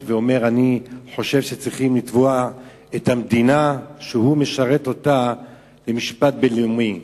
ואומר שהוא חושב שצריך לתבוע את המדינה שהוא משרת למשפט בין-לאומי.